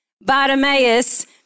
Bartimaeus